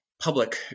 public